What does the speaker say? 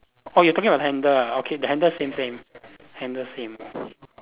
orh you talking about the handle ah the handle same same handle same